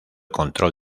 control